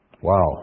Wow